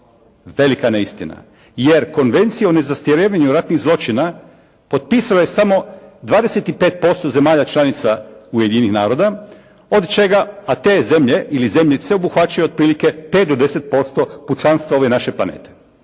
Velika neistina. Jer Konvenciju o nezastarijevanju ratnih zločina potpisalo je samo 25% zemalja članica Ujedinjenih naroda od čega a te zemlje ili zemljice obuhvaćaju otprilike 5 do 10% pučanstva ove naše planete.